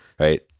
Right